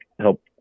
help